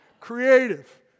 Creative